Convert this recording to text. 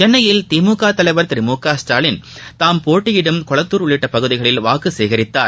சென்னையில் திமுக தலைவர் திரு மு க ஸ்டாலின் தாம் போட்டியிடும் கொளத்தூர் உள்ளிட்ட பகுதிகளில் வாக்கு சேகரித்தார்